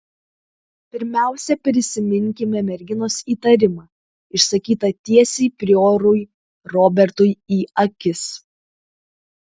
pirmiausia prisiminkime merginos įtarimą išsakytą tiesiai priorui robertui į akis